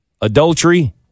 adultery